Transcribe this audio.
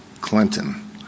Clinton